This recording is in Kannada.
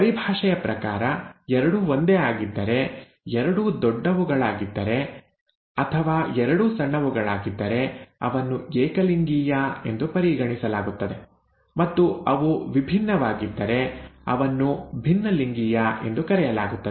ಪರಿಭಾಷೆಯ ಪ್ರಕಾರ ಎರಡೂ ಒಂದೇ ಆಗಿದ್ದರೆ ಎರಡೂ ದೊಡ್ಡವುಗಳಾಗಿದ್ದರೆ ಅಥವಾ ಎರಡೂ ಸಣ್ಣವುಗಳಾಗಿದ್ದರೆ ಅವನ್ನು ಏಕಲಿಂಗೀಯ ಎಂದು ಪರಿಗಣಿಸಲಾಗುತ್ತದೆ ಮತ್ತು ಅವು ವಿಭಿನ್ನವಾಗಿದ್ದರೆ ಅವನ್ನು ಭಿನ್ನಲಿಂಗೀಯ ಎಂದು ಕರೆಯಲಾಗುತ್ತದೆ